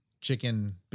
chicken